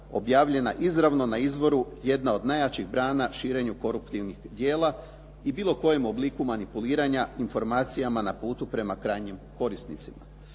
objavljena izravno na izvoru jedne od najjačih grana širenju koruptivih djela i bilo kojem obliku manipuliranja manipulacijama prema putu krajnjim korisnicima.